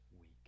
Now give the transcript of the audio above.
week